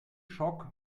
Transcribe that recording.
schock